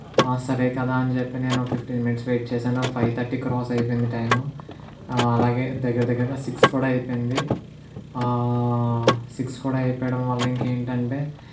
ఆ సరే కదా అని చెప్పి నేను ఫిఫ్టీన్ మినిట్స్ వెయిట్ చేశాను ఫైవ్ థర్టీ క్రాస్ అయిపోయింది టైము అలాగే దగ్గర దగ్గరగా సిక్స్ కూడా అయిపోయింది సిక్స్ కూడా అయిపోవడం వల్ల ఇంకేంటంటే